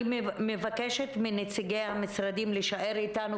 אני מבקשת מנציגי המשרדים להישאר איתנו